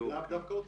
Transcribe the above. לאו דווקא אוטיזם.